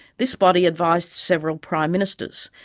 this body advised several prime ministers,